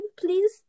please